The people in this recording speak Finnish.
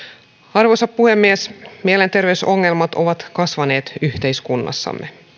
arvoisa puhemies mielenterveysongelmat ovat kasvaneet yhteiskunnassamme